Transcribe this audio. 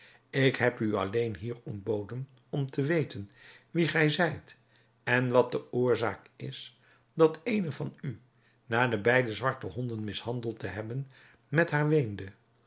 ik heb u alleen hier ontboden om te weten wie gij zijt en wat de oorzaak is dat eene van u na de beide zwarte honden mishandeld te hebben met haar weende